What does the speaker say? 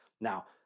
Now